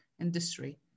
industry